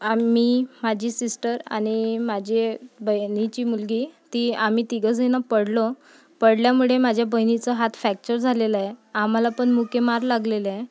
मी माझी सिस्टर आणि माझ्या बहिणीची मुलगी ती आम्ही तिघं जणं पडलो पडल्यामुळे माझ्या बहिणीचा हात फॅक्चर झालेला आहे आम्हाला पण मुका मार लागलेला आहे